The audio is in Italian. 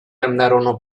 andarono